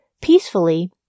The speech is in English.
peacefully